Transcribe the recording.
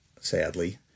sadly